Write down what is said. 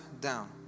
down